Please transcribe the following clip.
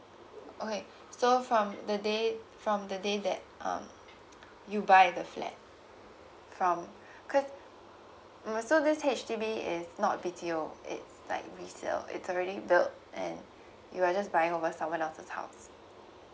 okay so from the day from the day that um you buy the flat from cause uh so this H_D_B is not B_T_O it's like resale it's already built and you are just buying over someone else's house